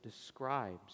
describes